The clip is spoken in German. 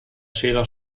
schäler